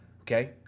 Okay